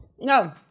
No